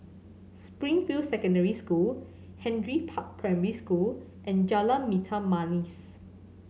Springfield Secondary School Henry Park Primary School and Jalan Hitam Manis